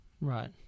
Right